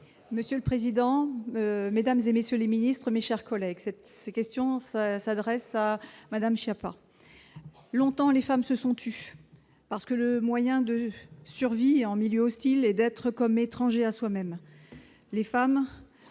Monsieur le président, Mesdames et messieurs les ministres, mes chers collègues, cette question, ça s'adresse à Madame Schiappa longtemps les femmes se sont tus parce que le moyen de survie en milieu hostile, et d'être comme étranger à soi-même les femmes